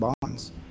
bonds